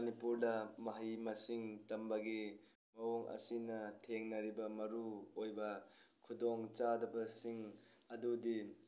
ꯃꯅꯤꯄꯨꯔꯗ ꯃꯍꯩ ꯃꯁꯤꯡ ꯇꯝꯕꯒꯤ ꯃꯑꯣꯡ ꯑꯁꯤꯅ ꯊꯦꯡꯅꯔꯤꯕ ꯃꯔꯨ ꯑꯣꯏꯕ ꯈꯨꯗꯣꯡꯆꯥꯗꯕꯁꯤꯡ ꯑꯗꯨꯗꯤ